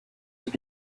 have